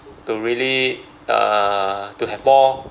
to really uh to have more